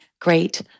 great